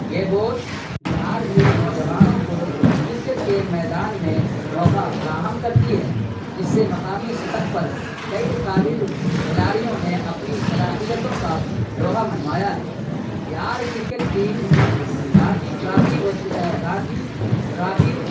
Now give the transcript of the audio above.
یہ بورڈ بہار کے نوجوانوں کو کرکٹ کے میدان میں موقع فراہم کرتی ہے جس سے مقامی سطح پر کئی قابل کھلاڑیوں نے اپنی صلاحیتوں کا لوہا منوایا ہے Bihar cricket team Ranji Trophy Ranji trophy